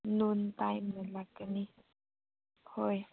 ꯅꯨꯟ ꯇꯥꯏꯝꯗ ꯂꯥꯛꯀꯅꯤ ꯍꯣꯏ